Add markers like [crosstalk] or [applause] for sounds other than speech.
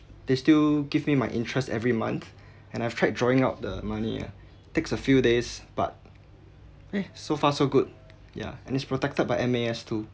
they still give me my interest every month and I've tried drawing out the money ah takes a few days but [noise] so far so good ya and it's protected by M_A_S too